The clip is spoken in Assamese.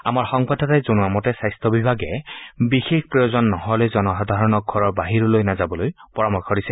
আমাৰ সংবাদদাতাই জনোৱা মতে স্বাস্থ্য বিভাগে বিশেষ প্ৰয়োজন নহ'লে জনসাধাৰণক ঘৰৰ বাহিৰলৈ নাযাবালৈ পৰামৰ্শ দিছে